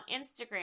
Instagram